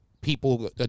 people